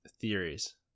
theories